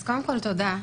אז קודם כל תודה,